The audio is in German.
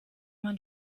man